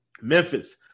memphis